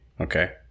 Okay